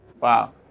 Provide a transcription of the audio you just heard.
Wow